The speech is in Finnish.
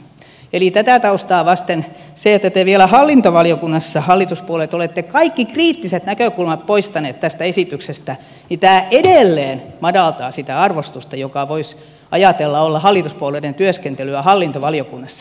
eli tätä taustaa vasten se että te hallituspuolueet vielä hallintovaliokunnassa olette kaikki kriittiset näkökulmat poistaneet tästä esityksestä edelleen madaltaa sitä arvostusta jonka voisi ajatella olevan hallituspuolueiden työskentelyssä hallintovaliokunnassa